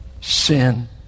sin